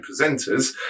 presenters